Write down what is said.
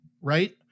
right